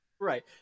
Right